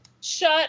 Shut